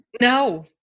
No